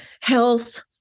health